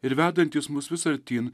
ir vedantys mus vis artyn